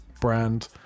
brand